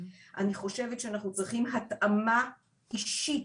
אני חושבת שאנחנו צריכים התאמה אישית,